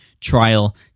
trial